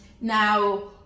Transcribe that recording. now